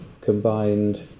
combined